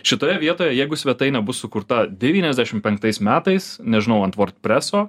šitoje vietoje jeigu svetainė bus sukurta devyniasdešimt penktais metais nežinau ant word preso